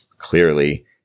clearly